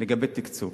לגבי תקצוב,